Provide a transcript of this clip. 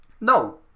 No